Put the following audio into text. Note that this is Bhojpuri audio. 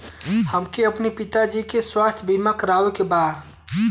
हमके अपने पिता जी के स्वास्थ्य बीमा करवावे के बा?